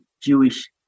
Jewish